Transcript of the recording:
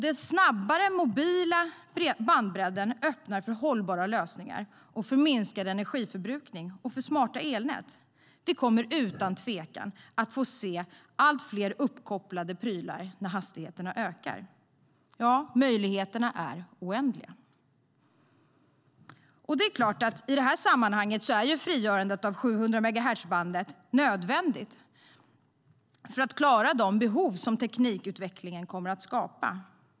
Den snabbare mobila bandbredden öppnar för hållbara lösningar, för minskad energiförbrukning och för smarta elnät. Vi kommer utan tvekan att få se allt fler uppkopplade prylar när hastigheterna ökar. Ja, möjligheterna är oändliga. I det här sammanhanget är frigörandet av 700-megahertzbandet nödvändigt för att klara de behov som teknikutvecklingen kommer att skapa.